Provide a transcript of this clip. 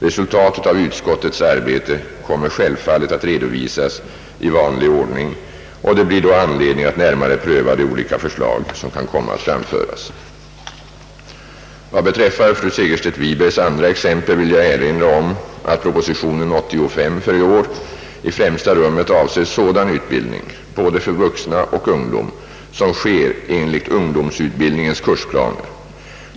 Resultatet av utskottets arbete kommer självfallet att redovisas i vanlig ordning och det blir då anledning att närmare pröva de olika förslag som kan komma att framföras. Vad beträffar fru Segerstedt Wibergs andra exempel vill jag erinra om att prop. 1967: 85 i främsta rummet avser sådan utbildning — både för vuxna och för ungdom — som sker enligt ungdomsutbildningens kursplaner.